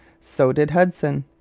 so did hudson,